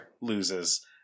loses